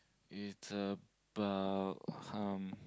it's about um